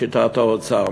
לשיטת האוצר,